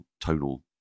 tonal